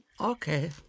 Okay